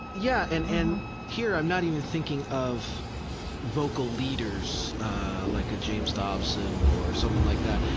yeah, and and here i'm not even thinking of vocal leaders like a james dobson or someone like that.